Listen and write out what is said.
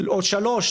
עוד שלוש,